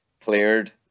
cleared